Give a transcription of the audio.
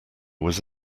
was